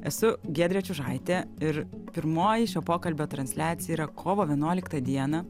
esu giedrė čiužaitė ir pirmoji šio pokalbio transliacija yra kovo vienuoliktą dieną